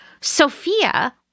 Sophia